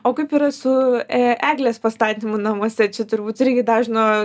o kaip yra su e eglės pastatymu namuose čia turbūt irgi dažno